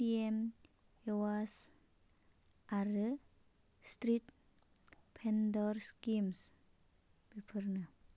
PM Awas आरो street vendor schemes बेफोरनो